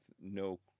no